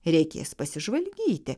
reikės pasižvalgyti